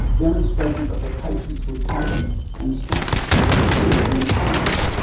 demonstrated that the patient's recumbent and static state could be improved.